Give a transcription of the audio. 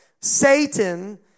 Satan